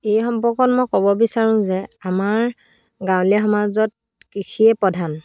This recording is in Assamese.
এই সম্পৰ্কত মই ক'ব বিচাৰোঁ যে আমাৰ গাঁৱলীয়া সমাজত কৃষিয়ে প্ৰধান